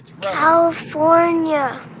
California